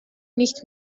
nicht